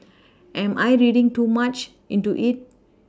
am I reading too much into it